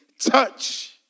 touch